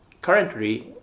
currently